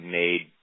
made